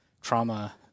trauma